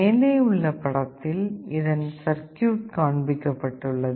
மேலே உள்ள படத்தில் இதன் சர்க்யூட் காண்பிக்கப்பட்டுள்ளது